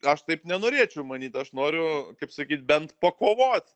aš taip nenorėčiau manyt aš noriu kaip sakyt bent pakovot